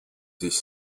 sich